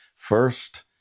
First